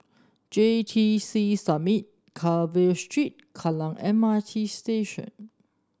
J T C Summit Carver Street Kallang M R T Station